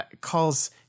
calls